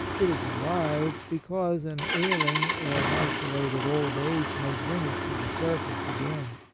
it is alive, because an ailing or an isolated old age may bring it to the surface again.